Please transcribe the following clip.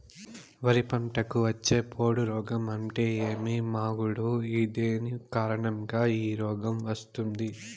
వరి పంటకు వచ్చే పొడ రోగం అంటే ఏమి? మాగుడు దేని కారణంగా ఈ రోగం వస్తుంది?